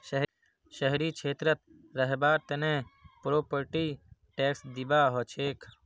शहरी क्षेत्रत रहबार तने प्रॉपर्टी टैक्स दिबा हछेक